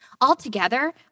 altogether